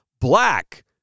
black